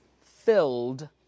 filled